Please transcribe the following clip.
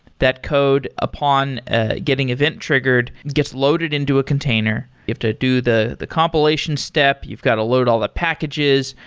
that code upon ah getting event triggered gets loaded into container. you have to do the the compilation step. you've got to load all the packages.